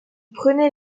prenait